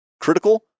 critical